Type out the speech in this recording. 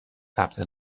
ثبت